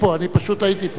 אני פשוט הייתי פה.